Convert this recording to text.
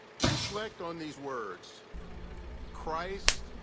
reflect on these words christ,